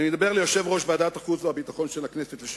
אני מדבר על יושב-ראש ועדת החוץ והביטחון של הכנסת לשעבר.